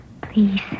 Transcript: Please